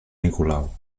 nicolau